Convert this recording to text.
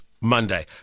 Monday